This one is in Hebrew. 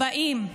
40,